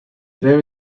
there